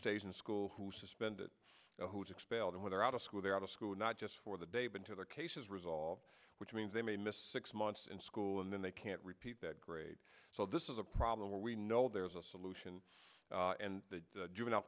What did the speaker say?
stays in school who suspended who's expelled and whether out of school they're out of school not just for the day but to their cases resolved which means they missed six months in school and then they can't repeat that grade so this is a problem where we know there is a solution and the juvenile